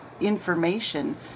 information